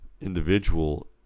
individual